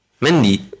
Mendy